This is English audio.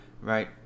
right